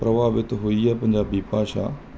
ਪ੍ਰਭਾਵਿਤ ਹੋਈ ਹੈ ਪੰਜਾਬੀ ਭਾਸ਼ਾ